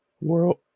world